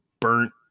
burnt